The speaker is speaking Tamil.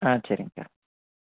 ஆ சரிங்க்கா